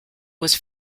was